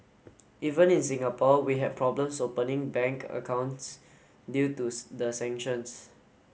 even in Singapore we had problems opening bank accounts due to the sanctions